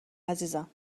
عزیزم